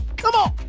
come on.